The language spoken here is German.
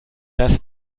das